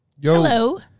hello